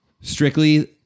Strictly